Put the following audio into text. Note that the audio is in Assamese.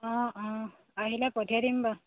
অঁ অঁ আহিলে পঠিয়াই দিম বাৰু